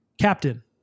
Captain